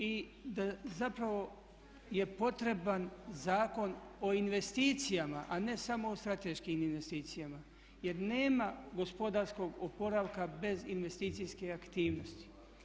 I da zapravo je potreban Zakon o investicijama a ne samo o strateškim investicijama jer nema gospodarskog oporavka bez investicijske aktivnosti.